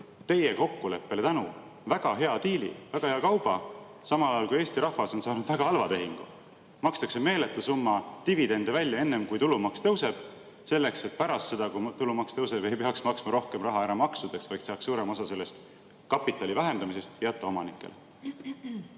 teie kokkuleppele väga hea diili, väga hea kauba, samal ajal, kui Eesti rahvas on saanud väga halva tehingu? Makstakse meeletu summa dividende välja enne, kui tulumaks tõuseb, selleks et pärast seda, kui tulumaks on tõusnud, ei peaks maksma rohkem raha ära maksudeks, vaid saaks suurema osa sellest kapitali vähendamisest jätta omanikele.